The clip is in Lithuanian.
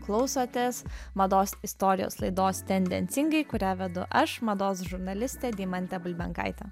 klausotės mados istorijos laidos tendencingai kurią vedu aš mados žurnalistė deimantė bulbenkaitė